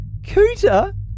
Cooter